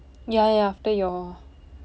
ya ya after your